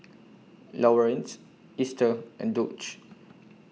Lawerence Easter and Dulce